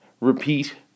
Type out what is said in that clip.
repeat